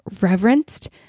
reverenced